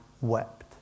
wept